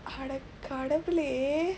அட கடவுளே:ada kadavulee